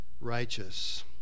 righteous